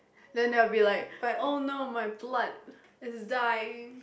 then there will be like oh no my blood is dying